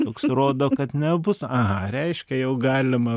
toks rodo kad nebus aha reiškia jau galima